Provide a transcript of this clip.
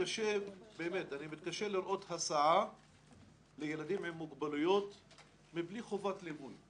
אני מתקשה לראות הסעה לילדים עם מוגבלויות מבלי חובת ליווי.